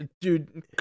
dude